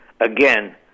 again